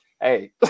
hey